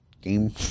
game